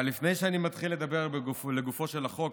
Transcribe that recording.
אבל לפני שאני מתחיל לדבר לגופו של החוק,